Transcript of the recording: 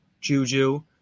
Juju